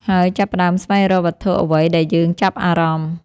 ហើយចាប់ផ្ដើមស្វែងរកវត្ថុអ្វីដែលយើងចាប់អារម្មណ៍។